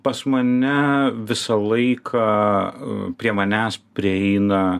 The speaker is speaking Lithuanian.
pas mane visą laiką prie manęs prieina